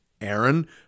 Aaron